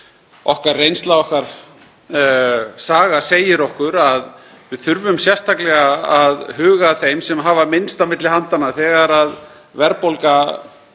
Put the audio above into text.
okkar reynsla og okkar saga segir okkur að við þurfum sérstaklega að huga að þeim sem hafa minnst á milli handanna þegar verðbólga